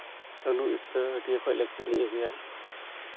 ᱟᱹᱞᱩ ᱤᱛᱟᱹ ᱦᱟᱹᱴᱭᱟᱹ ᱠᱷᱚᱱ ᱞᱮ ᱠᱤᱨᱤᱧ ᱟᱹᱜᱩᱭᱟ